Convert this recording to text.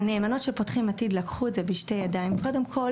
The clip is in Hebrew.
הנאמנות של "פותחים עתיד" לקחו את פשוט בשתי הידיים וקודם כל,